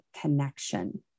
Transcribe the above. connection